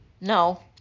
no